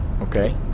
Okay